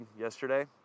yesterday